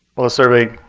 while the survey